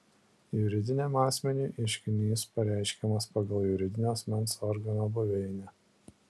juridiniam asmeniui ieškinys pareiškiamas pagal juridinio asmens organo buveinę